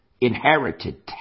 inherited